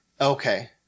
Okay